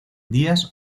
días